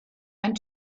and